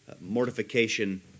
mortification